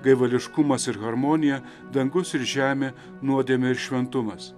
gaivališkumas ir harmonija dangus ir žemė nuodėmė ir šventumas